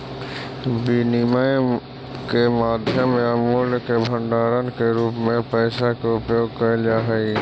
विनिमय के माध्यम या मूल्य के भंडारण के रूप में पैसा के उपयोग कैल जा हई